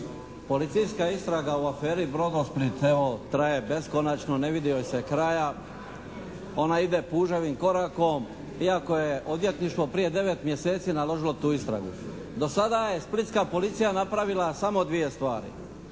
Policijska istraga o aferi "BrodoSplit" evo traje beskonačno, ne vidi joj se kraja. Ona ide puževim korakom iako je odvjetništvo prije devet mjeseci naložilo tu istragu. Do sada je splitska policija napravila samo dvije stvari.